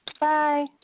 Bye